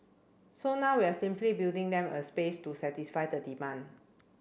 so now we're simply building them a space to satisfy the demand